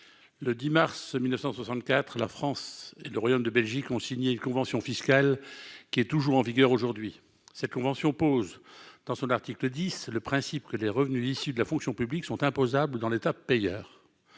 le 10 mars 1964 la France, le royaume de Belgique ont signé une convention fiscale qui est toujours en vigueur aujourd'hui, cette convention pose dans son article 10 le principe que les revenus issus de la fonction publique sont imposables dans l'État payeur